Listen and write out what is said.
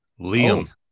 Liam